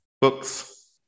books